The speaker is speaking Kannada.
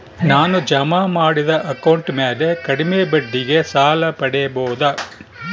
ನಾನು ಜಮಾ ಮಾಡಿದ ಅಕೌಂಟ್ ಮ್ಯಾಲೆ ಕಡಿಮೆ ಬಡ್ಡಿಗೆ ಸಾಲ ಪಡೇಬೋದಾ?